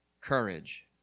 courage